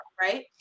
right